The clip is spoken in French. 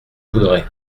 voudrez